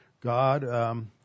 God